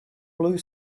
blue